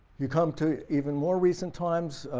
you come to even more recent times,